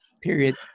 period